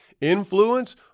influence